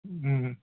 उम् उम्